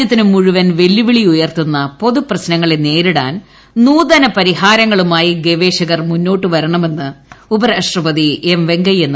ലോകത്തിന് മുഴുവ്യൻ വെല്ലുവിളി ഉയർത്തുന്ന പൊതുപ്രശ്നങ്ങള്ള് നേരിടാൻ നൂതന പരിഹാരങ്ങളുമായി ഗവേഷകർ മുന്നോട്ട് വരണമെന്ന് ഉപരാഷ്ട്രപതി എം വെങ്കയ്യനായിഡു